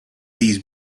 these